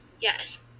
Yes